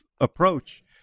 approach